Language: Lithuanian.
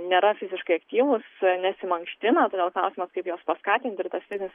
nėra fiziškai aktyvūs nesimankština todėl klausimas kaip juos paskatint ir tas fizinis